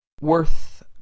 worth